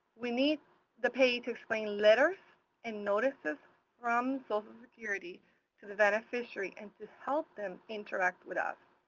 we need the payee to explain letters and notices from social security to the beneficiary and to help them interact with us.